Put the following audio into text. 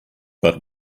but